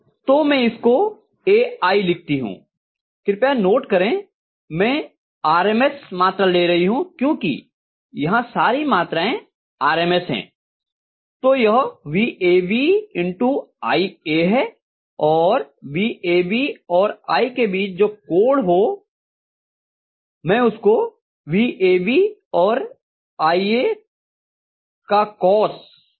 तो मैं इसको Ai लिखती हूँ कृपया नोट करें मैं आर एम् एस मात्रा ले रही हूँ क्यूंकि यहाँ सारी मात्राएं आर एम् एस हैं तो यह vAB iA है और vAB और i के बीच जो भी कोण हो मैं उसको vAB और iA का कौस होगा